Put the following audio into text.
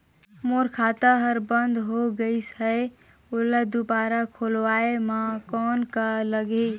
मोर खाता हर बंद हो गाईस है ओला दुबारा खोलवाय म कौन का लगही?